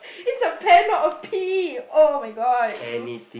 it's a pen not a P oh-my-God you